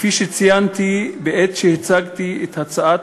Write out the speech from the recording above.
כפי שציינתי בעת שהצגתי את הצעת,